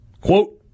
Quote